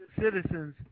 citizens